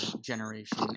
generation